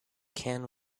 can